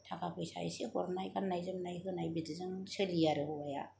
थाखा फैसा एसे हरनाय गाननाय जोमनाय होनाय बिदिजों सोलियो आरो हौवाया